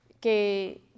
Que